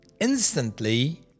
instantly